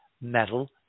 metal